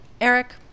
Eric